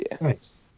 Nice